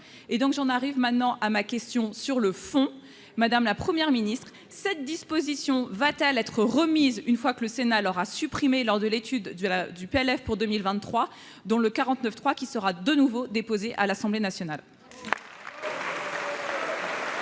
et donc j'en arrive maintenant à ma question sur le fond, madame la première ministre, cette disposition va-t-elle être remise une fois que le Sénat leur a supprimé lors de l'étude de la du PLF pour 2023 dont le 49 3 qui sera de nouveau déposé à l'Assemblée nationale.